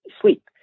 sleep